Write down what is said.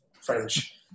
French